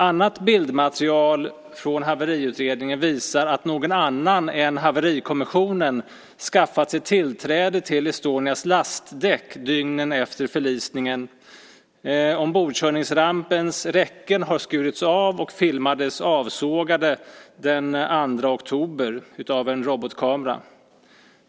Annat bildmaterial från haveriutredningen visar att någon annan än haverikommissionen skaffat sig tillträde till Estonias lastdäck dygnen efter förlisningen. Ombordkörningsrampens räcken har skurits av och filmades avsågade den 2 oktober av en robotkamera.